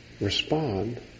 respond